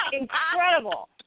incredible